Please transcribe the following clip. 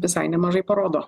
visai nemažai parodo